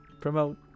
promote